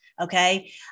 Okay